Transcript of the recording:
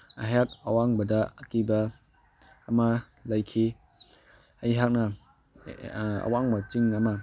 ꯑꯍꯦꯛ ꯑꯋꯥꯡꯕꯗ ꯑꯀꯤꯕ ꯑꯃ ꯂꯩꯈꯤ ꯑꯩꯍꯥꯛꯅ ꯑꯋꯥꯡꯕ ꯆꯤꯡ ꯑꯃ